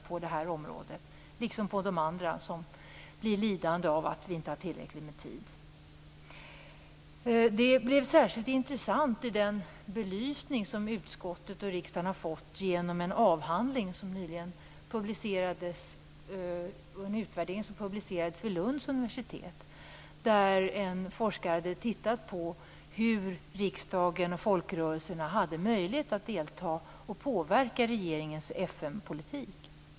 Det gäller också andra områden som blir lidande av att vi inte har tillräckligt med tid. Det blir särskilt intressant i den belysning som utskottet och riksdagen har fått genom en avhandling och utvärdering som nyligen publicerades vid Lunds universitet. En forskare har tittat på hur riksdagen och folkrörelserna har möjlighet att delta i och påverka regeringens FN-politik.